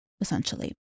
essentially